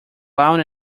loud